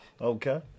okay